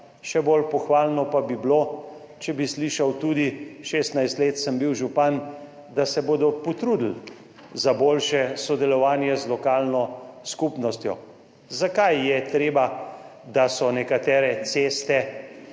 Še bolj pohvalno pa bi bilo, če bi slišal tudi – 16 let sem bil župan – da se bodo potrudili za boljše sodelovanje z lokalno skupnostjo. Zakaj je treba, da so nekatere ceste